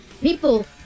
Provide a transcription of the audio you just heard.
People